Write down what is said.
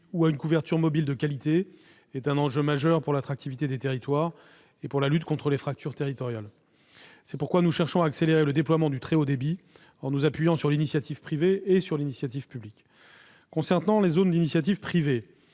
ou à une couverture mobile de qualité est un enjeu majeur pour l'attractivité des territoires et pour la lutte contre les fractures territoriales. C'est pourquoi nous cherchons à accélérer le déploiement du très haut débit, en nous appuyant sur l'initiative privée comme sur l'initiative publique. Concernant les zones d'initiative privée,